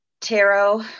tarot